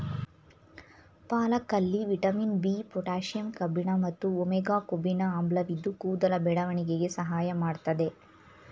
ಪಾಲಕಲ್ಲಿ vitamin B, potassium ಕಬ್ಬಿಣ ಮತ್ತು omega ಕೊಬ್ಬಿನ ಆಮ್ಲವಿದ್ದು ಕೂದಲ ಬೆಳವಣಿಗೆಗೆ ಸಹಾಯ ಮಾಡ್ತದೆ